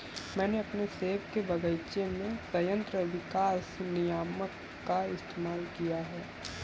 मैंने अपने सेब के बगीचे में संयंत्र विकास नियामक का इस्तेमाल किया है